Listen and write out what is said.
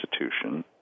institution